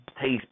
taste